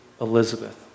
Elizabeth